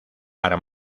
para